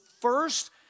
first